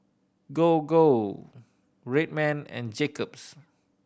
Gogo Red Man and Jacob's